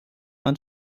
man